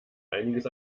einiges